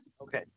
Okay